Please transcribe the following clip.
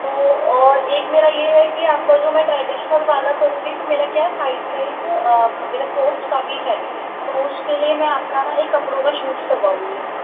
तो और एक मेरा ये है कि आपका जो मैं ट्रेडिशनल वाला करूँगी तो मेरा क्या है साइड में एक मेरा क्लोथ्स का भी है तो उसके के लिए मैं आपका ना एक कपड़ों का शूट्स करवाउंगी